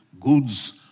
goods